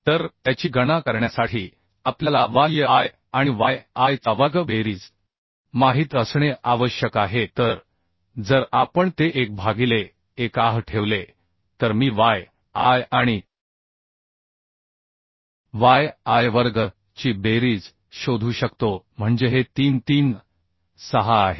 तर त्याची गणना करण्यासाठी आपल्याला y i आणि y i चा वर्ग बेरीज माहित असणे आवश्यक आहे तर जर आपण ते 1 भागिले 1 आह ठेवले तर मी y i आणि y i वर्ग ची बेरीज शोधू शकतो म्हणजे हे 3 36 आहे